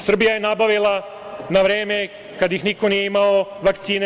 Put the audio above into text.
Srbija je nabavila na vreme, kada ih niko nije imao, vakcine.